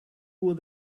with